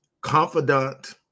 confidant